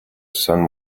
sun